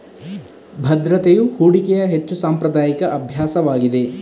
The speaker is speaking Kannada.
ಭದ್ರತೆಯು ಹೂಡಿಕೆಯ ಹೆಚ್ಚು ಸಾಂಪ್ರದಾಯಿಕ ಅಭ್ಯಾಸವಾಗಿದೆ